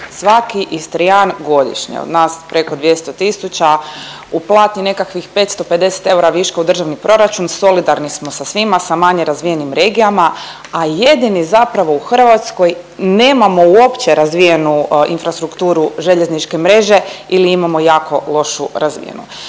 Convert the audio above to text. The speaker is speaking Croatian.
Svaki Istrijan godišnje od nas preko 200 tisuća uplati nekakvih 550 eura viška u državni proračun, solidarni smo sa svima sa manje razvijenim regijama, a jedini zapravo u Hrvatskoj nemamo uopće razvijenu infrastrukturu željezničke mreže ili imamo jako lošu razvijenu.